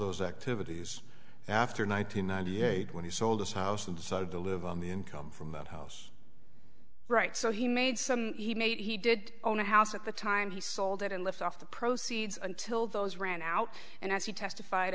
those activities after nine hundred ninety eight when he sold his house and decided to live on the income from that house right so he made some he made he did own a house at the time he sold it and left off the proceeds until those ran out and as he testified